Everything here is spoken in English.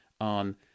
on